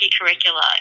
curricula